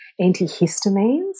antihistamines